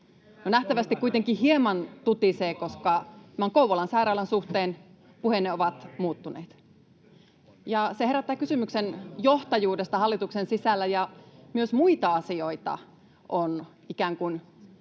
Nähtävästi kuitenkin hieman tutisee, koska Kouvolan sairaalan suhteen puheenne ovat muuttuneet, ja se herättää kysymyksen johtajuudesta hallituksen sisällä. Myös muita asioita on ikään kuin